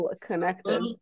connected